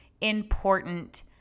important